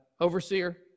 overseer